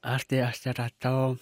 aš tai atsiradau